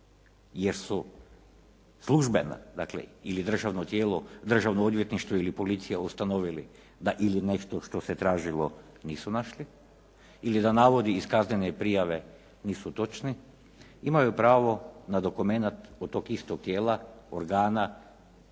jer su službeno, dakle ili državno tijelo, državno odvjetništvo ili policija ustanovili da ili nešto što se tražilo nisu našli ili da navodi iz kaznene prijave nisu točni imaju pravo na dukumenat kod tog istog tijela, organa